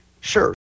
Sure